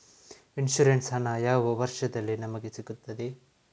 Insurance ಹಣ ಯಾವ ವರ್ಷದಲ್ಲಿ ನಮಗೆ ಸಿಗುತ್ತದೆ?